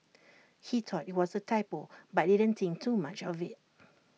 he thought IT was A typo but didn't think too much of IT